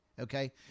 Okay